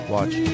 Watch